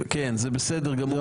כן, זה בסדר גמור משפטית.